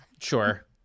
Sure